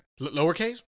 lowercase